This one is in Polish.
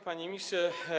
Panie Ministrze!